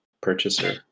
purchaser